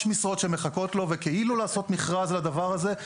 משרות שמחכות לו וכאילו לעשות מכרז לדבר הזה.